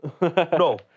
No